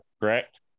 correct